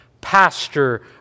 Pastor